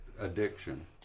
addiction